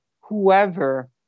whoever